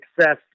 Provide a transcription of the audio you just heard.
success